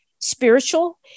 spiritual